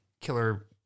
killer